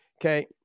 okay